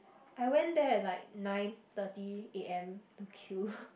I went there at like nine thirty A_M to queue